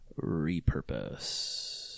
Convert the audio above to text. repurpose